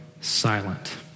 silent